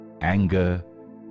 anger